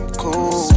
cool